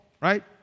right